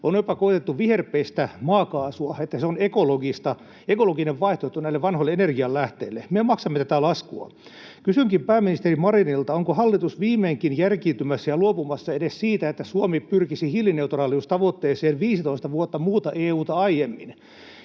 On jopa koetettu viherpestä maakaasua, että se on ekologinen vaihtoehto näille vanhoille energianlähteille. Me maksamme tätä laskua. Kysynkin pääministeri Marinilta: onko hallitus viimeinkin järkiintymässä ja luopumassa edes siitä, että Suomi pyrkisi hiilineutraaliustavoitteeseen 15 vuotta muuta EU:ta aiemmin?